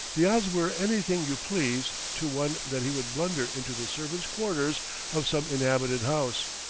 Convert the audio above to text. the odds were anything-you-please to one that he would blunder into the servant's quarters of some inhabited house,